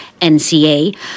NCA